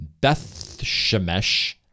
Beth-Shemesh